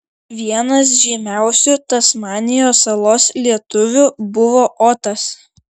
vienas žymiausių tasmanijos salos lietuvių buvo otas